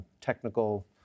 technical